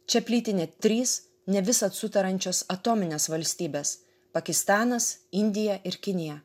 čia plyti net trys ne visad sutariančios atomines valstybės pakistanas indija ir kinija